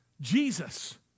Jesus